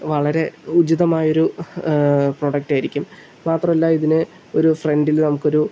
വളരെ ഉചിതമായൊരു പ്രൊഡക്റ്റായിരിക്കും മാത്രമല്ല ഇതിന് ഒരു ഫ്രണ്ടിൽ നമുക്കൊരു